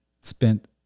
spent